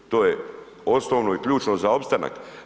To je osnovno i ključno za opstanak.